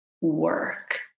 work